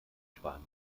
spanien